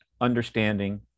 understanding